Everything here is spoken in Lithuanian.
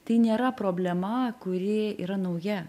tai nėra problema kuri yra nauja